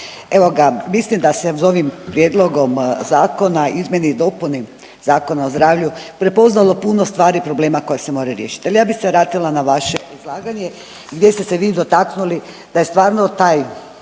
evo ga, mislim da se s ovim prijedlogom zakona, izmjene i dopuni Zakona o zdravlju prepoznalo puno stvari i problema koja se moraju riješiti. Ali ja bih se vratila na vaše izlaganje gdje ste se vi dotaknuli da je stvarno taj